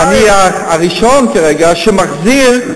שאני הראשון כרגע שמחזיר,